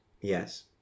Yes